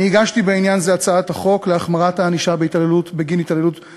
אני הגשתי בעניין זה הצעת חוק להחמרת הענישה בגין התעללות בבעלי-חיים.